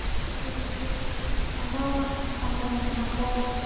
ꯀꯦꯖꯤ ꯑꯃ ꯑꯃꯃꯝ ꯍꯥꯞꯄꯣ